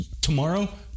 Tomorrow